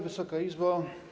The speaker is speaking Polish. Wysoka Izbo!